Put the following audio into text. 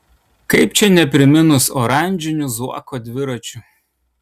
kaip čia nepriminus oranžinių zuoko dviračių